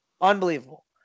Unbelievable